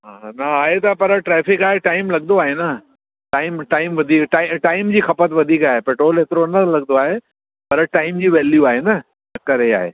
हा न आहे त पर ट्रैफिक आहे टाइम लॻंदो आहे न टाइम टाइम वधीक टा टाइम जी खपत वधीक आहे पेट्रोल एतिरो न लॻंदो आहे पर टाइम जी वैल्यू आहे न चकरु हे आहे